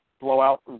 blowout